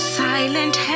silent